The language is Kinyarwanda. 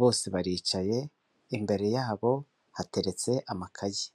bose baricaye imbere yabo hateretse amakaye.